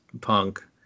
punk